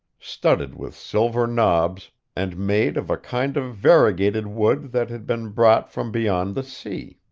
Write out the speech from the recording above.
studded with silver knobs, and made of a kind of variegated wood that had been brought from beyond the sea.